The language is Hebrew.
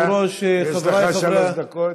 יש לך שלוש דקות.